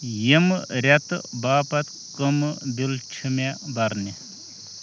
یِمہٕ رٮ۪تہٕ باپتھ کَمہٕ بِل چھِ مےٚ برنہِ